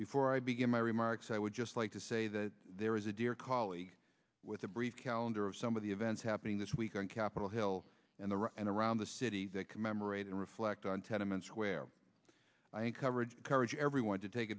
before i begin my remarks i would just like to say that there is a dear colleague with a brief calendar of some of the events happening this week on capitol hill and the rock and around the city that commemorate and reflect on tenements where i think coverage and courage every one to take